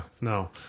no